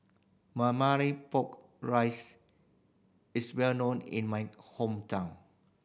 pork rice is well known in my hometown